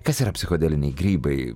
kas yra psichodeliniai grybai